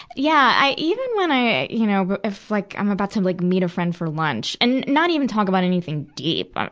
yeah, i even when i, you know, if like i'm about to like meet a friend for lunch, and not even talk about anything deep,